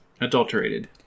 Adulterated